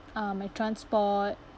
um my transport